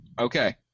okay